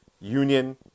union